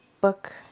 book